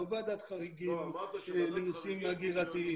לא ועדת חריגים לנושאים הגירתיים.